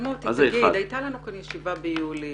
אבל מוטי, הייתה לנו כאן ישיבה ביולי